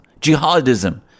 jihadism